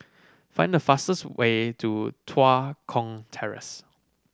find the fastest way to Tua Kong Terrace